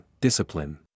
Discipline